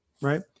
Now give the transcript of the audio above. right